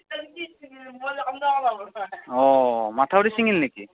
অ মঠাউৰি ছিঙিল নেকি